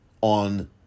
on